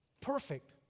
perfect